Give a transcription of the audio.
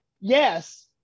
Yes